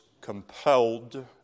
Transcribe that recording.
compelled